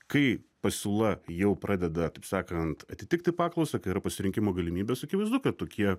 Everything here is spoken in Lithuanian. kai pasiūla jau pradeda taip sakant atitikti paklausą kai yra pasirinkimo galimybės akivaizdu kad tokie